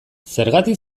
zergatik